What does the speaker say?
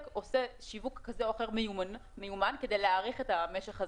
עושה שיווק מיומן כזה או אחר כדי להאריך את המשך.